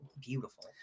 beautiful